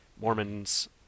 Mormons